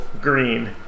green